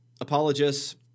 Apologists